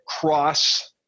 cross